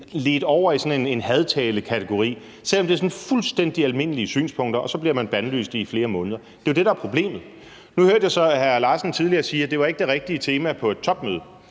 ledt over i sådan en hadtalekategori, selv om det er sådan fuldstændig almindelige synspunkter, og så bliver man bandlyst i flere måneder. Det er jo det, der er problemet. Nu hørte jeg så hr. Malte Larsen sige tidligere, at det ikke var det rigtige tema på et topmøde,